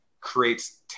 creates